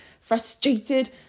frustrated